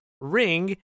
ring